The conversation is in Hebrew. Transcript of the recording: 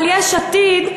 אבל יש עתיד,